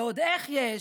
ועוד איך יש.